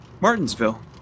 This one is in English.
Martinsville